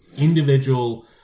individual